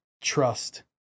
trust